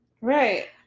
Right